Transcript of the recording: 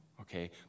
Okay